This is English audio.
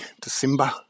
December